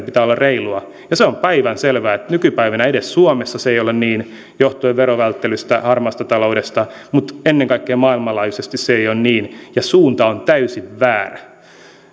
pitää olla reilua on päivänselvää että nykypäivänä edes suomessa se ei ole niin johtuen verovälttelystä harmaasta taloudesta mutta ennen kaikkea maailmanlaajuisesti se ei ole niin ja suunta on täysin väärä